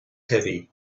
heavy